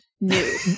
new